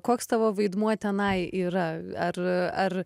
koks tavo vaidmuo tenai yra ar ar